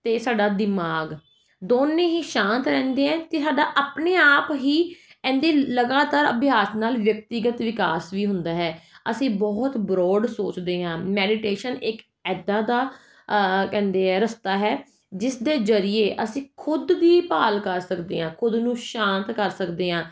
ਅਤੇ ਸਾਡਾ ਦਿਮਾਗ ਦੋਵੇਂ ਹੀ ਸ਼ਾਂਤ ਰਹਿੰਦੇ ਆ ਅਤੇ ਸਾਡਾ ਆਪਣੇ ਆਪ ਹੀ ਇਹਦੇ ਲਗਾਤਾਰ ਅਭਿਆਸ ਨਾਲ ਵਿਅਕਤੀਗਤ ਵਿਕਾਸ ਵੀ ਹੁੰਦਾ ਹੈ ਅਸੀਂ ਬਹੁਤ ਬਰੋਡ ਸੋਚਦੇ ਹਾਂ ਮੈਡੀਟੇਸ਼ਨ ਇੱਕ ਇੱਦਾਂ ਦਾ ਕਹਿੰਦੇ ਆ ਰਸਤਾ ਹੈ ਜਿਸ ਦੇ ਜ਼ਰੀਏ ਅਸੀਂ ਖੁਦ ਵੀ ਭਾਲ ਕਰ ਸਕਦੇ ਹਾਂ ਖੁਦ ਨੂੰ ਸ਼ਾਂਤ ਕਰ ਸਕਦੇ ਹਾਂ